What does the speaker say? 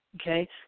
Okay